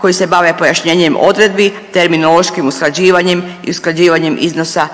koji se bave pojašnjenjem odredbi, terminološkim usklađivanjem i usklađivanjem iznosa